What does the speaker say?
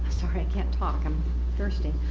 sorry i can't talk. i'm thirsty.